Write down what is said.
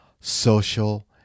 social